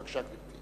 בבקשה, גברתי.